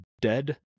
dead